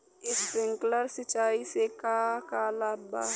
Sprinkler सिंचाई से का का लाभ ह?